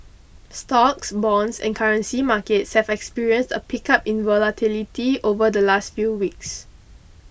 stocks bonds and currency markets have experienced a pickup in volatility over the last few weeks